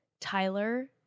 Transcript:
Tyler